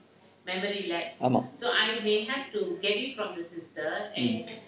ஆமாம்:aamaam mm